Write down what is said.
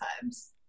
times